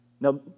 Now